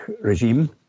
regime